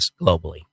globally